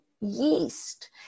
yeast